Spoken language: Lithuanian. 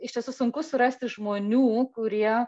iš tiesų sunku surasti žmonių kurie